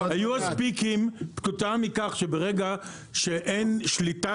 אז פיקים כתוצאה מכך שברגע שאין שליטה